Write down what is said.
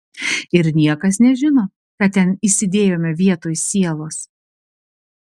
ir niekas nežino ką ten įsidėjome vietoj sielos